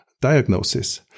diagnosis